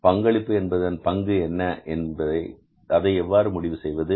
பங்களிப்பு என்பதன் பங்கு என்ன அதை எவ்வாறு முடிவு செய்வது